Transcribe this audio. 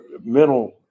mental